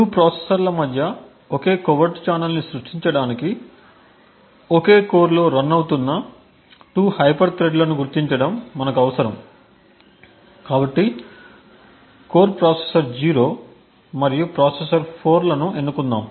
2 ప్రాసెసర్ల మధ్య ఒక కోవెర్ట్ ఛానెల్ ని సృష్టించడానికి ఒకే కోర్లో రన్ అవుతున్న 2 హైపర్ థ్రెడ్లను గుర్తించడం మనకు అవసరం కాబట్టి కోర్ ప్రాసెసర్ 0 మరియు ప్రాసెసర్ 4 లను ఎన్నుకుందాం